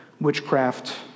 witchcraft